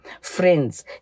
friends